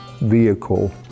vehicle